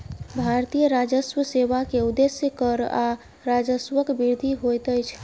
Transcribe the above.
भारतीय राजस्व सेवा के उदेश्य कर आ राजस्वक वृद्धि होइत अछि